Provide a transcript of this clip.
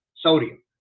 sodium